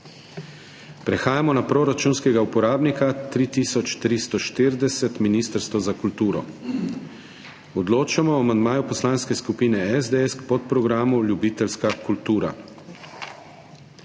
Prehajamo na proračunskega uporabnika 3340 Ministrstvo za kulturo. Odločamo o amandmaju Poslanske skupine SDS k podprogramu Ljubiteljska kultura.